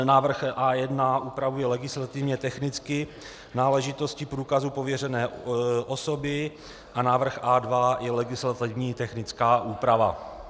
Návrh A1 upravuje legislativně technicky náležitosti průkazu pověřené osoby a návrh A2 je legislativně technická úprava.